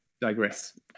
digress